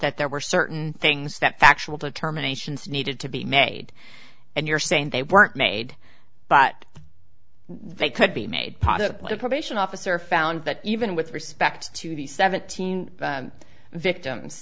that there were certain things that factual determinations needed to be made and you're saying they weren't made but they could be made part of what a probation officer found that even with respect to the seventeen victims